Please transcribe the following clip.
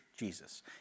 Jesus